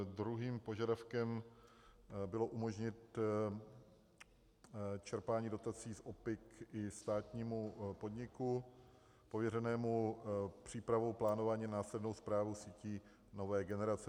Druhým požadavkem bylo umožnit čerpání dotací z ORPIK i státnímu podniku pověřenému přípravou, plánováním a následnou správou sítí nové generace.